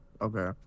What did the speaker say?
okay